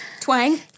twang